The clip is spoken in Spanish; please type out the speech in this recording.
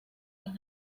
los